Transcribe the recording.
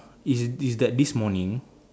is is that this morning